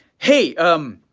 hey, um,